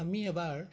আমি এবাৰ